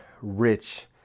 rich